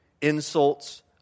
insults